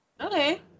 Okay